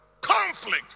conflict